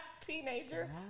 Teenager